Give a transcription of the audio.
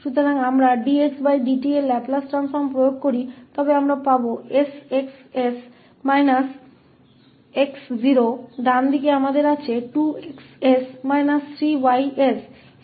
इसलिए हम dxdt पर लैपलेस ट्रांसफॉर्म लागू करते हैं इसलिए हमें 𝑠𝑋𝑠 − 𝑥 मिलेगा दाईं ओर हमारे पास 2𝑋𝑠 − 3𝑌𝑠 है